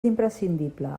imprescindible